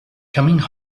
coming